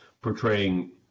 portraying